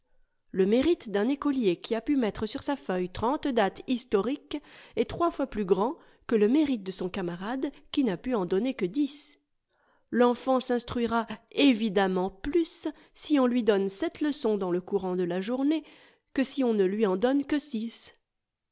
le mérite d'un écolier qui a pu mettre sur sa feuille trente dates historiques est trois fois plus grand que le mérite de son camarade qui n'a pu en donner que dix l'enfant s'instruira évidemment plus si on lui donne sept leçons dans le courant de la journée que si on ne lui en donne que six